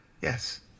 Yes